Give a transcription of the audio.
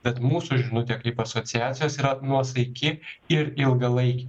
bet mūsų žinutė kaip asociacijos yra nuosaiki ir ilgalaikė